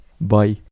Bye